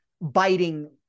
biting